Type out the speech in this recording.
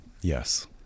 Yes